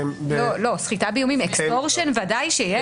סחיטה באיומים ודאי שיש.